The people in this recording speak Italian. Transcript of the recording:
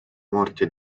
morte